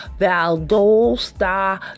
Valdosta